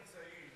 לא תמצא.